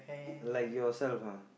like yourself ah